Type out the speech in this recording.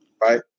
right